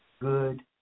good